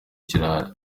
kirahari